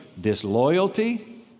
Disloyalty